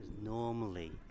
Normally